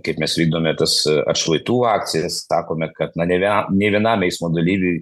kaip mes vykdome tas atšvaitų akcijas sakome kad ne ve a nei vienam eismo dalyviui